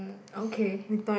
okay